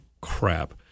crap